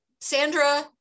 Sandra